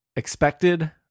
expected